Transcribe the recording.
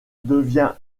devient